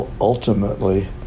ultimately